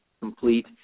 complete